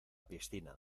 piscina